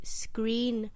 screen